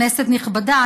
כנסת נכבדה,